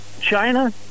China